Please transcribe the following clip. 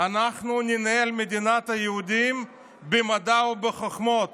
"אנחנו ננהל מדינת היהודים במדע ובחוכמות